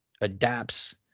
adapts